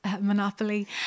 monopoly